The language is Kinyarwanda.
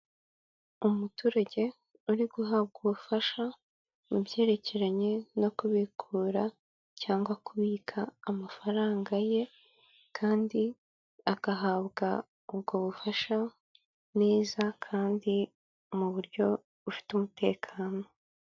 Umuturage uri guhabwa ubufasha mu byerekeranye no kubikura cyangwa kubika amafaranga ye kandi agahabwa ubwo bufasha neza kandi muburyo bufite umutekano.